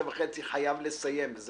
בשעה 11:30 אני חייב לסיים את הישיבה הזאת,